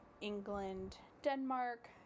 England-Denmark